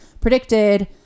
predicted